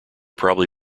probably